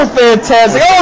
fantastic